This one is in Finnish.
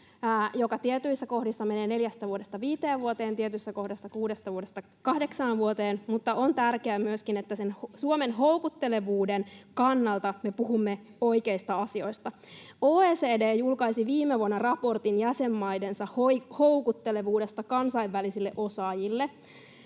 joka tietyissä kohdissa menee neljästä vuodesta viiteen vuoteen, tietyissä kohdissa kuudesta vuodesta kahdeksaan vuoteen, mutta on tärkeää myöskin, että Suomen houkuttelevuuden kannalta me puhumme oikeista asioista. OECD julkaisi viime vuonna raportin jäsenmaidensa houkuttelevuudesta kansainvälisille osaajille.